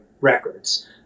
records